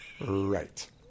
Right